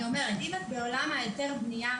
אני אומרת שאם את נמצאת בעולם של היתרי בנייה,